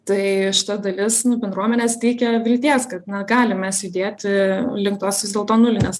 tai šita dalis nu bendruomenės teikia vilties kad na galim mes judėti link tos vis dėlto nulinės